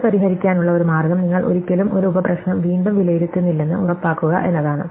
ഇത് പരിഹരിക്കാനുള്ള ഒരു മാർഗം നിങ്ങൾ ഒരിക്കലും ഒരു ഉപപ്രശ്നം വീണ്ടും വിലയിരുത്തുന്നില്ലെന്ന് ഉറപ്പാക്കുക എന്നതാണ്